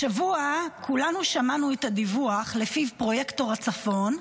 השבוע כולנו שמענו את הדיווח שלפיו פרויקטור הצפון,